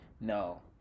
No